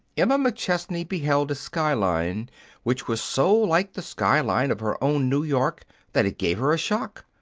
emma mcchesney beheld a sky line which was so like the sky line of her own new york that it gave her a shock.